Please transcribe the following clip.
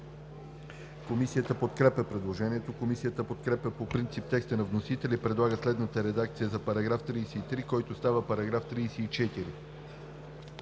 Комисията подкрепя предложението. Комисията подкрепя по принцип текста на вносителя и предлага следната редакция за § 35, който става § 36: „§ 36.